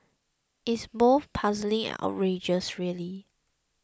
it's both puzzling and outrageous really